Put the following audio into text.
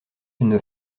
une